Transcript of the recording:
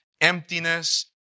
emptiness